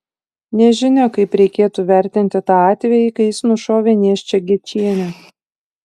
nežinia kaip reikėtų vertinti tą atvejį kai jis nušovė nėščią gečienę